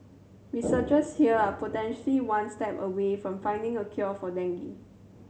researchers here are potentially one step away from finding a cure for dengue